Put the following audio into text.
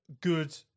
good